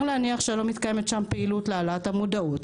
להניח שלא מתקיימת שם פעילות להעלאת המודעות,